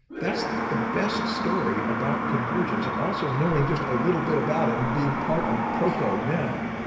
that's the best story about convergence and also knowing just a little bit about it and being part of proko now,